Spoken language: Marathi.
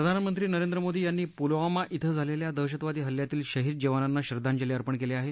प्रधानमंत्री नरेंद्र मोदी यांनी पुलवामा इथं झालेल्या दहशतवादी हल्ल्यातील शहीद जवानांना श्रध्दांजली अर्पण केली आहे